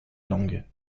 langue